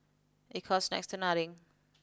it costs next to nothing